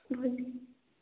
ଭୋଜି